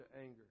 anger